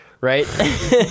Right